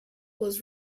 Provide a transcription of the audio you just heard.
was